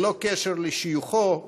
בלא קשר לשיוכו,